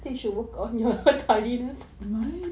what